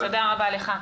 תודה לך.